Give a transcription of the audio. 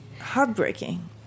heartbreaking